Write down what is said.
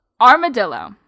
Armadillo